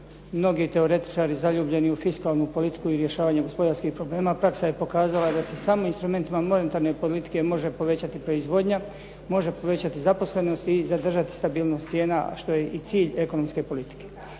mnogi teoretičari zaljubljeni u fiskalnu politiku i rješavanje gospodarskih problema, praksa je pokazala da se samim instrumentima monetarne politike može povećati proizvodnja, može povećati zaposlenost i zadržati stabilnost cijena, što je i cilj ekonomske politike.